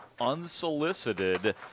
unsolicited